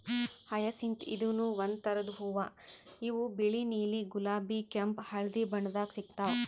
hyacinth ಇದೂನು ಒಂದ್ ಥರದ್ ಹೂವಾ ಇವು ಬಿಳಿ ನೀಲಿ ಗುಲಾಬಿ ಕೆಂಪ್ ಹಳ್ದಿ ಬಣ್ಣದಾಗ್ ಸಿಗ್ತಾವ್